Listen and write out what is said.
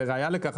לראייה לכך,